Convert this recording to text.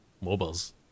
mobiles